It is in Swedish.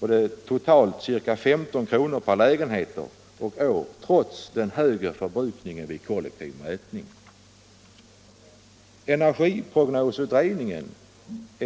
Den var totalt 15 kr. lägre per lägenhet och år trots den högre förbrukningen vid kollektiv mätning. Energiprognosutredningen